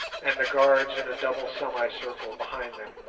and the guards in a double semicircle behind them.